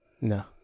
No